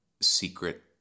secret